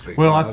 well,